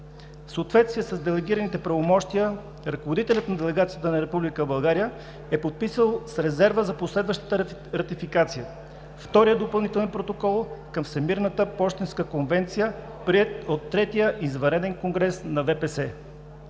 съответствие с делегираните правомощия, ръководителят на делегацията на Република България е подписал с резерва за последваща ратификация Втория допълнителен протокол към Всемирната пощенска конвенция, приет от третия извънреден конгрес на